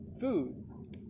food